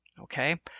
okay